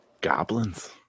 goblins